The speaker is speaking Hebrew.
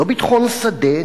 לא ביטחון שדה.